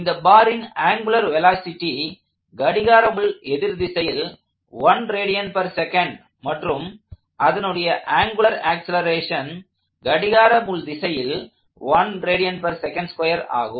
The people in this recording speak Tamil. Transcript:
இந்த பாரின் ஆங்குலார் வெலாசிட்டி கடிகார எதிர் திசையில் 1 rads மற்றும் அதனுடைய ஆங்குலார் ஆக்ஸலரேஷன் கடிகார திசையில் ஆகும்